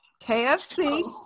KFC